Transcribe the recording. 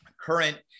current